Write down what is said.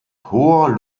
hoher